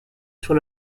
sur